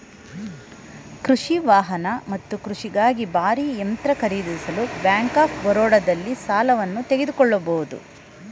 ಕೃಷಿ ವಾಹನ ಮತ್ತು ಕೃಷಿಗಾಗಿ ಭಾರೀ ಯಂತ್ರ ಖರೀದಿಸಲು ಬ್ಯಾಂಕ್ ಆಫ್ ಬರೋಡದಲ್ಲಿ ಸಾಲವನ್ನು ತೆಗೆದುಕೊಳ್ಬೋದು